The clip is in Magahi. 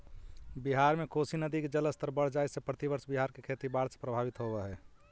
बिहार में कोसी नदी के जलस्तर बढ़ जाए से प्रतिवर्ष बिहार के खेती बाढ़ से प्रभावित होवऽ हई